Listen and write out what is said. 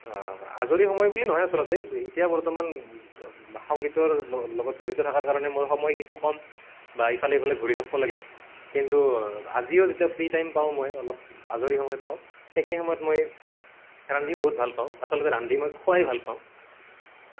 আজৰি সময় বুলি নহয় আচলতে এতিয়া বৰ্তমান সংগীতৰ লগত জড়িত থকাৰ কাৰণে মোৰ সময় কিছু কম বা ইফালে সিফালে ঘূৰি থাকিব লাগে কিন্তু আজিও যেতিয়া ফ্ৰী টাইম পাওঁ মই অলপ আজৰি সময় পাওঁ সেইখিনি সময়ত মই ৰান্ধি বহুত ভাল পাওঁ আচলতে ৰান্ধি মই খুৱাই ভাল পাওঁ